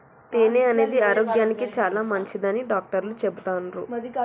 తేనె అనేది ఆరోగ్యానికి చాలా మంచిదని డాక్టర్లు చెపుతాన్రు